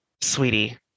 sweetie